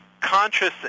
conscious